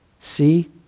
See